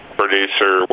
producer